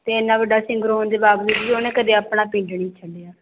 ਅਤੇ ਇੰਨਾ ਵੱਡਾ ਸਿੰਗਰ ਹੋਣ ਦੇ ਬਾਵਜੂਦ ਵੀ ਉਹਨੇ ਕਦੇ ਆਪਣਾ ਪਿੰਡ ਨਹੀਂ ਛੱਡਿਆ